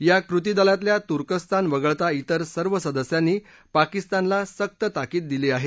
या कृतीदलातल्या तुर्कस्तान वगळता इतर सर्व सदस्यांनी पाकिस्तानला सक्त ताकीद केली आहे